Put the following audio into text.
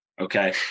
Okay